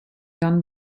done